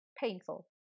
painful